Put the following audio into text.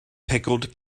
pickled